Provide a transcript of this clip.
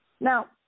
Now